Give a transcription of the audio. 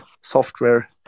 software